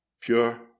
pure